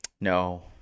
No